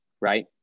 right